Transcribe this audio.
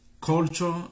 Culture